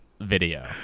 video